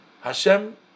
Hashem